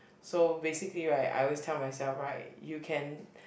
so basically right I always tell myself right you can